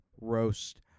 Roast